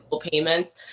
payments